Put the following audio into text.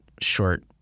short